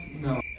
No